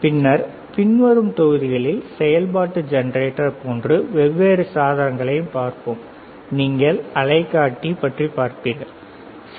பின்னர் பின்வரும் தொகுதிகளில் செயல்பாட்டு ஜெனரேட்டர் போன்ற வெவ்வேறு சாதனங்களையும் பார்ப்போம் நீங்கள் அலைக்காட்டி பற்றி பார்ப்பீர்கள் சரி